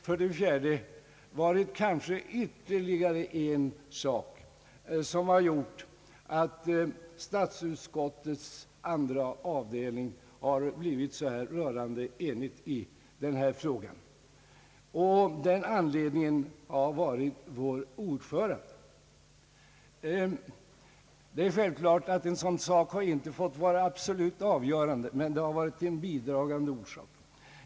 För det fjärde är det ytterligare en sak, som har medfört att statsutskottets andra avdelning har blivit så rörande enig i denna fråga, nämligen vår ordförande. En sådan sak har självklart inte fått vara absolut avgörande men dock en bidragande orsak.